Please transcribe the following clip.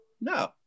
No